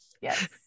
Yes